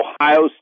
Ohio